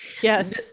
Yes